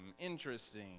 interesting